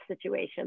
situation